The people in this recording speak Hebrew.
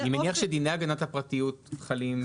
אני מניח שדיני הגנת הפרטיות חלים.